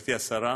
גברתי השרה,